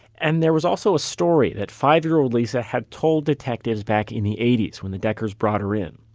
and there was also a story that five-year-old lisa had told detectives back in the eighty s when the deckers brought her in.